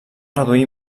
reduir